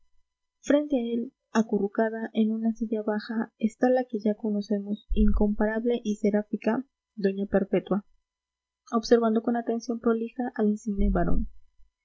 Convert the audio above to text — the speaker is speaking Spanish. frente a él acurrucada en una silla baja está la que ya conocemos incomparable y seráfica doña perpetua observando con atención prolija al insigne varón